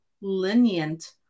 lenient